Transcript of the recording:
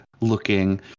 looking